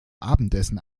abendessen